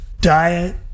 diet